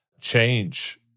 change